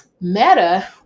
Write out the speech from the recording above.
Meta